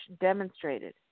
demonstrated